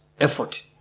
effort